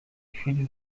chwili